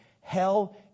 hell